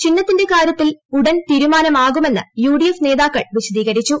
ചിഹ്നത്തിന്റെ കാര്യത്തിൽ ഉടനെ തീരുമാനമാകുമെന്ന് യുഡിഎഫ് നേതാക്കൾ വിശദീകരിച്ചു